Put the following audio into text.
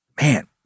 Man